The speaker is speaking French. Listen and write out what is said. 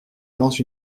lance